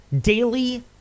daily